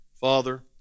Father